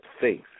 faith